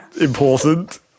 important